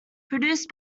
produced